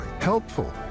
helpful